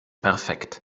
perfekt